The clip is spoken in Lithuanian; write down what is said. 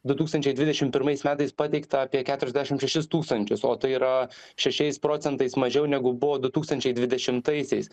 du tūkstančiai dvidešim pirmais metais pateikta apie keturiasdešim šešis tūkstančius o tai yra šešiais procentais mažiau negu buvo du tūkstančiai dvidešimtaisiais